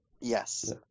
Yes